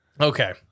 Okay